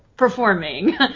performing